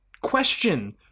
Question